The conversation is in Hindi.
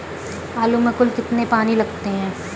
आलू में कुल कितने पानी लगते हैं?